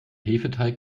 hefeteig